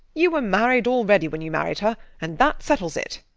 you were married already when you married her and that settles it.